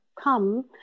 come